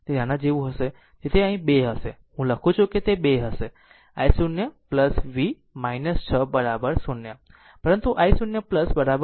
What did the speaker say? તેથી તે આના જેવું હશે તે અહીં 2 હશે હું લખું છું તે 2 હશે પછી i 0 v 6 0 પરંતુ i0 1